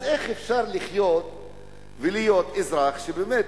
אז איך אפשר לחיות ולהיות אזרח, באמת,